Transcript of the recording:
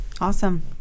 Awesome